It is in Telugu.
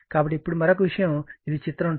కాబట్టి ఇప్పుడు మరొక విషయం ఇది చిత్రం 2